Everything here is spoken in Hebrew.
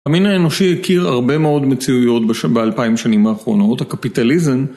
המין האנושי הכיר הרבה מאוד מציאויות באלפיים שנים האחרונות, הקפיטליזם